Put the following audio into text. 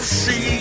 see